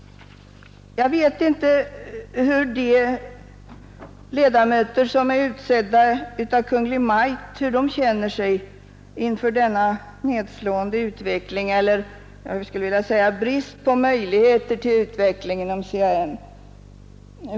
Jag vet inte hur de ledamöter som är utsedda av Kungl. Maj:t reagerar inför denna nedslående utveckling eller jag skulle vilja säga brist på möjligheter till utveckling inom CAN.